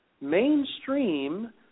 mainstream